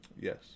Yes